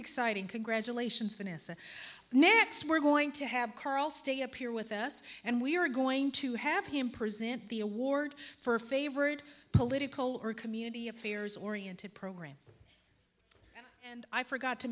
exciting congratulations next we're going to have carl stay up here with us and we're going to have him present the award for favorite political or community affairs oriented program and i forgot to